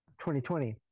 2020